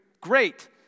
Great